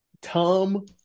Tom